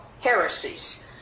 heresies